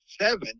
Seven